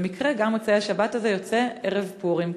במקרה גם מוצאי-השבת הזה יוצא ערב פורים,